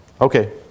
Okay